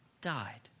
died